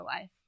life